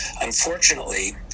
Unfortunately